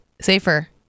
Safer